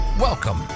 Welcome